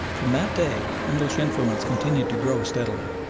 from that day english influence continued to grow steadily,